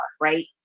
Right